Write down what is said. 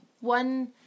one